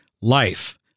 life